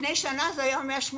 לפני שנה זה היה כ-180,000.